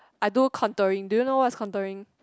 I do contouring do you know what's contouring